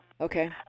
okay